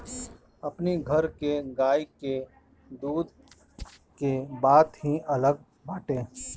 अपनी घर के गाई के दूध के बात ही अलग बाटे